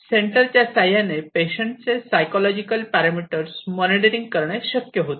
sensor च्या साह्याने पेशंटचे सायकॉलॉजिकल पॅरामीटर्स मॉनिटरिंग करणे शक्य होते